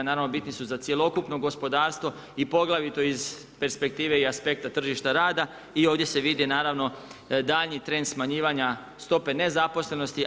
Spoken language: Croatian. Naravno bitni su za cjelokupno gospodarstvo i poglavito iz perspektive i aspekta tržišta rada i ovdje se vidi naravno daljnji trend smanjivanja stope nezaposlenosti.